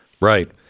right